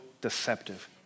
deceptive